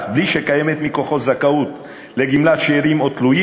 בלי שקיימת מכוחו זכאות לגמלת שאירים או תלויים,